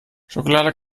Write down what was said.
schokolade